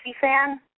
fan